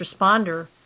responder